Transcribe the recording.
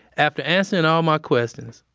after answering all my questions,